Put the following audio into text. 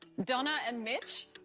donna. and mitch,